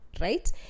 right